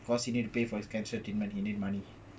because he need to pay for his cancer treatment he need money